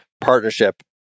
partnership